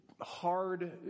hard